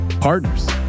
partners